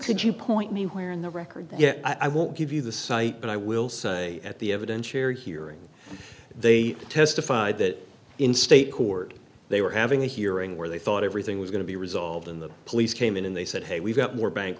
could you point me where in the record i won't give you the cite but i will say at the evidence fair hearing they testified that in state court they were having a hearing where they thought everything was going to be resolved in the police came in and they said hey we've got more bank